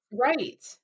Right